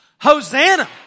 Hosanna